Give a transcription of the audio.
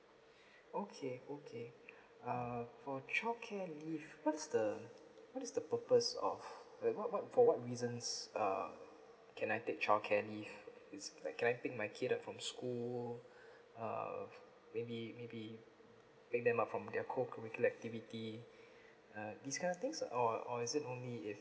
okay okay err for childcare leave what's the what is the purpose of like what what for what reasons uh can I take childcare leave is like can I pick my kid up from school err maybe maybe pick them up from their co curricular activity uh this kind of things or or is it only if